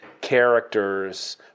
characters